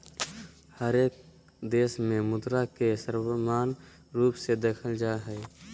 हरेक देश में मुद्रा के सर्वमान्य रूप से देखल जा हइ